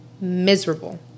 miserable